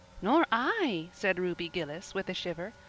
nor i, said ruby gillis, with a shiver.